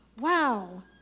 Wow